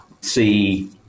see